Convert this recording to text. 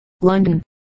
London